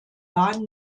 bahn